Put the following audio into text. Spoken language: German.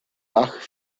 bach